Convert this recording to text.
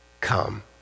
come